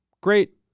great